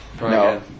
No